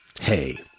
Hey